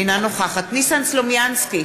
אינה נוכחת ניסן סלומינסקי,